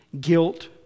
guilt